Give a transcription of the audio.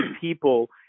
people